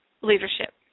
leadership